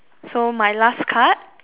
so my last card